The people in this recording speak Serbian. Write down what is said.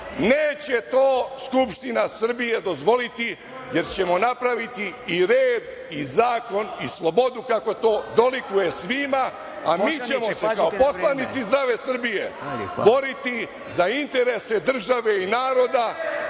Neće to Skupština Srbije dozvoliti jer ćemo napraviti i red i zakon i slobodu, kako to dolikuje svima, a mi ćemo se kao poslanici „Zdrave Srbije“ boriti za interese države i naroda